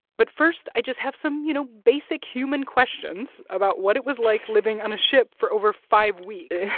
but first, i just have some, you know, basic human questions about what it was like living on a ship for over five weeks.